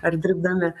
ar dirbdami